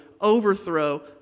overthrow